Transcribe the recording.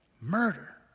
Murder